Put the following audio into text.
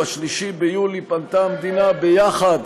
ב-3 ביולי פנתה המדינה יחד